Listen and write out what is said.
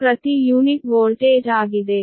ಇದು ಪ್ರತಿ unit voltage ಆಗಿದೆ